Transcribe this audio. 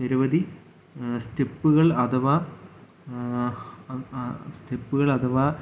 നിരവധി സ്റ്റെപ്പുകൾ അഥവാ അ സ്റ്റെപ്പുകൾ അഥവാ